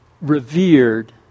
revered